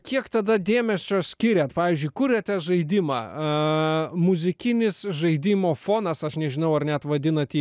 kiek tada dėmesio skiriat pavyzdžiui kuriate žaidimą muzikinis žaidimo fonas aš nežinau ar net vadinat jį